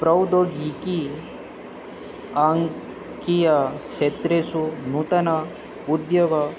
प्रौद्योगिकी आङ्कीय क्षेत्रेषु नूतन उद्योगं